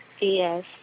Yes